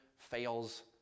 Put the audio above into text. fails